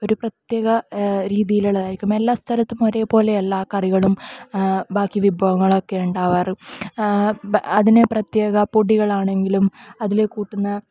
ഒര് പ്രത്യേക രീതിയിൽ ഉള്ളതായായിരിക്കും എല്ലാ സ്ഥലത്തും ഒരേപോലെ അല്ല കറികളും ബാക്കി വിഭവങ്ങളും ഒക്കെ ഉണ്ടാകാറ് അതിന് പ്രത്യേക പൊടികളാണെങ്കിലും അതില് കൂട്ടുന്ന